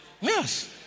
Yes